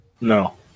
No